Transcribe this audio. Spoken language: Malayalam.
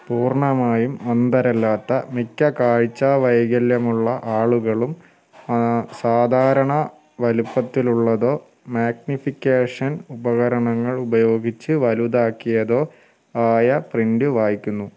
പൂർണ്ണമായും അന്ധരല്ലാത്ത മിക്ക കാഴ്ച വൈകല്യമുള്ള ആളുകളും സാധാരണ വലുപ്പത്തിലുള്ളതോ മാഗ്നിഫിക്കേഷൻ ഉപകരണങ്ങൾ ഉപയോഗിച്ച് വലുതാക്കിയതോ ആയ പ്രിൻറ്റ് വായിക്കുന്നു